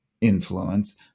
influence